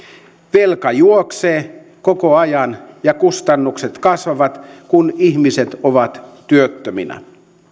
velka juoksee koko ajan ja kustannukset kasvavat kun ihmiset ovat työttöminä